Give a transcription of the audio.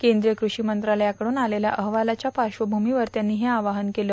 केंद्रीय कृषी मंत्रालयाकडून आलेल्या अहवालाच्या पार्श्वभूमीवर त्यांनी हे आवाहन केलं